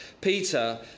Peter